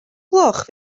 gloch